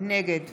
נגד